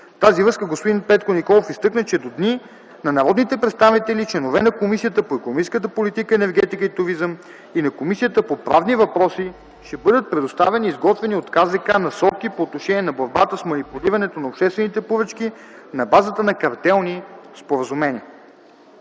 тази връзка господин Петко Николов изтъкна, че до дни на народните представители – членове на Комисията по икономическата политика, енергетика и туризъм и на Комисията по правни въпроси, ще бъдат предоставени изготвени от Комисията за защита на конкуренцията насоки по отношение на борбата с манипулирането на обществените поръчки на базата на картелни споразумения.